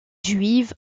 juive